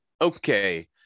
Okay